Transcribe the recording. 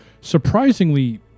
surprisingly